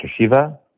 Shiva